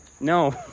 No